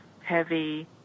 heavy